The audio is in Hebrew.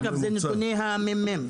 אגב, אלה נתוני ה-ממ"מ.